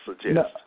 suggest